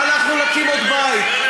אנחנו נקים עוד בית.